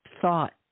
thought